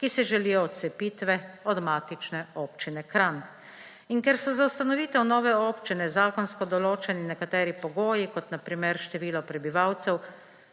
ki si želijo odcepitve od matične Občine Kranj. In ker so za ustanovitev nove občine zakonsko določeni nekateri pogoji, kot na primer število prebivalcev,